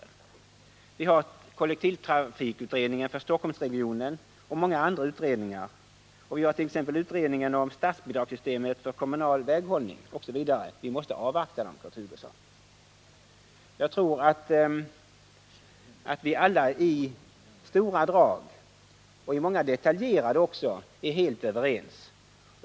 Vi har kollektivtrafikutredningen för Stockholmsregionen och många andra utredningar. Vi har t.ex. utredningen om statsbidragssystemet för kommunal väghållning osv. Vi måste avvakta dem, Kurt Hugosson. Jag tror att vi alla i stora drag och också i många detaljer är helt överens.